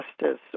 justice